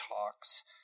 talks